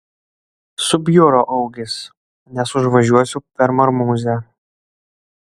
subjuro augis nes užvažiuosiu per marmuzę